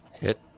Hit